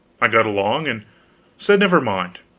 i got along, and said never mind,